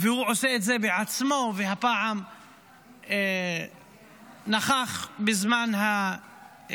והוא עושה את זה בעצמו, והפעם נכח בזמן התפילה.